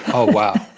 oh wow.